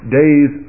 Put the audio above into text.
days